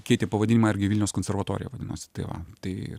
keitė pavadinimą irgi vilniaus konservatorija vadinosi tai va tai